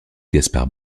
gaspard